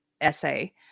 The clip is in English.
essay